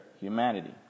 humanity